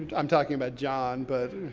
i'm talking about jon, but